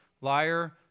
Liar